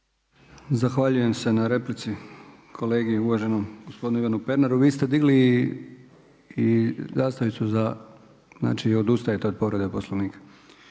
Zahvaljujem se na replici kolegi uvaženom gospodinu Ivanu Pernaru. Vi ste digli i zastavicu za? Znači odustajete od povrede Poslovnika.